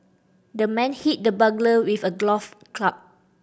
the man hit the burglar with a club